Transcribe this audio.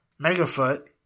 Megafoot